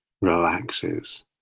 relaxes